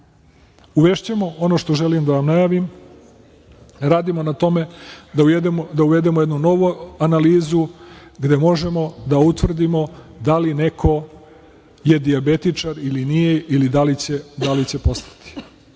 urade. Uvešćemo, ono što želim da vam najavim, radimo na tome da uvedemo jednu novu analizu gde možemo da utvrdimo da li neko je dijabetičar ili nije ili da li će postati,